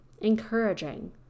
encouraging